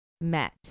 met